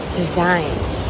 designs